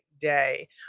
day